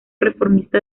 reformista